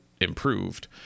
improved